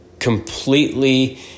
Completely